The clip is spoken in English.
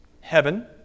heaven